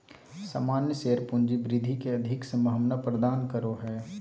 सामान्य शेयर पूँजी वृद्धि के अधिक संभावना प्रदान करो हय